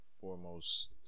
foremost